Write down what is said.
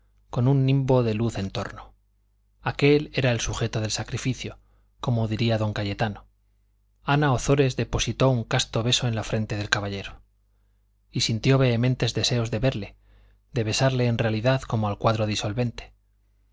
con un nimbo de luz en torno aquel era el sujeto del sacrificio como diría don cayetano ana ozores depositó un casto beso en la frente del caballero y sintió vehementes deseos de verle de besarle en realidad como al cuadro disolvente